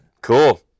Cool